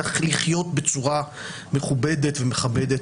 לחיות בצורה מכובדת ומכבדת.